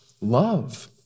love